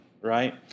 right